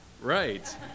right